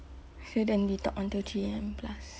so then we talk until three A_M plus